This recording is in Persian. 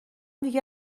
دیگه